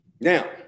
Now